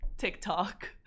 TikTok